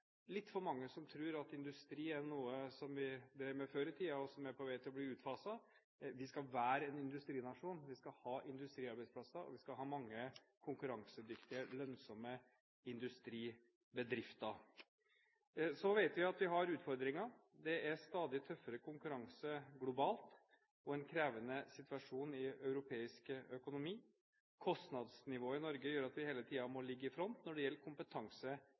litt for mange som tror at industri er noe vi drev med før i tiden, og som er på vei til å bli utfaset. Vi skal være en industrinasjon, vi skal ha industriarbeidsplasser, og vi skal ha mange konkurransedyktige, lønnsomme industribedrifter. Så vet vi at vi har utfordringer. Det er stadig tøffere konkurranse globalt, og en krevende situasjon i europeisk økonomi. Kostnadsnivået i Norge gjør at vi hele tiden må ligge i front når det gjelder kompetanse,